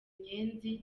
nyenzi